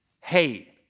hate